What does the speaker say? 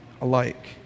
alike